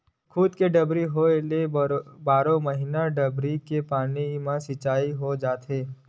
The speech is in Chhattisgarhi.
खुद के डबरी होए ले बारो महिना डबरी के पानी म सिचई हो जाथे गा